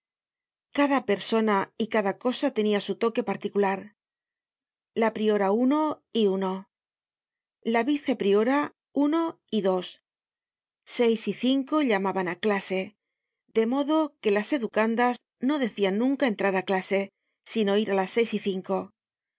cada persona y cada cosa tenia su toque particular la priora uno y uno la vice priora uno y dos seis y cinco llamaban á clase de modo que las educandas no decian nunca entrar en clase sino ir á las seis y cinco